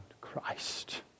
Christ